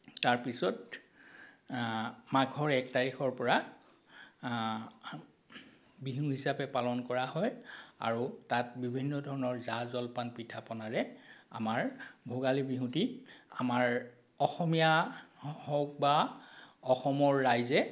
তাৰ পিছত মাঘৰ এক তাৰিখৰ পৰা বিহু হিচাপে পালন কৰা হয় আৰু তাত বিভিন্ন ধৰণৰ জা জলপান পিঠাপনাৰে আমাৰ ভোগালী বিহুটি আমাৰ অসমীয়া হওক বা অসমৰ ৰাইজে